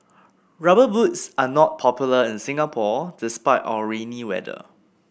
rubber boots are not popular in Singapore despite our rainy weather